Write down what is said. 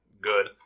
Good